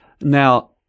Now